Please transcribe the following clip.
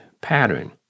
pattern